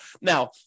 Now